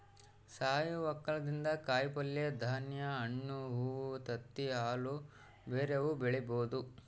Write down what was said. ಸಾವಯವ ವಕ್ಕಲತನದಿಂದ ಕಾಯಿಪಲ್ಯೆ, ಧಾನ್ಯ, ಹಣ್ಣು, ಹೂವ್ವ, ತತ್ತಿ, ಹಾಲು ಬ್ಯೆರೆವು ಬೆಳಿಬೊದು